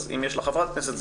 אז אם יש לה חברת כנסת,